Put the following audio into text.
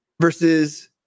versus